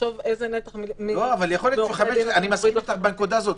תחשוב איזה נתח מעורכי הדין --- אני מסכים אתך בנקודה הזאת,